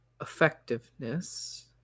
effectiveness